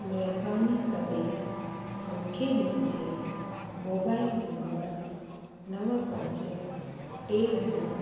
महिरबानी करे मूंखे मुंहिंजे मोबाइल नंबर नव पंज टे नव